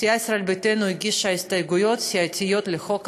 סיעת ישראל ביתנו הגישה הסתייגויות סיעתיות לחוק הזה,